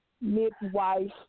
midwife